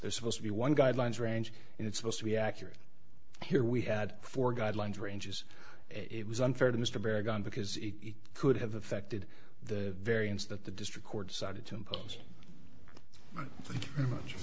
is supposed to be one guidelines range and it's supposed to be accurate here we had four guidelines ranges it was unfair to mr paragon because it could have affected the variance that the district court decided to impose